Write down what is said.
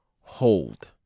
hold